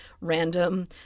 random